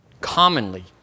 commonly